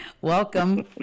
Welcome